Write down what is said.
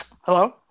Hello